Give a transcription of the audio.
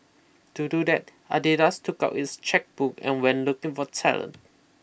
to do that Adidas took out its chequebook and went looking for talent